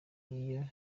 iyo